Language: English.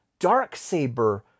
Darksaber